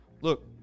Look